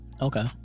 Okay